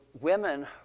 women